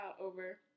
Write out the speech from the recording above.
over